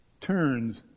turns